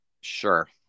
sure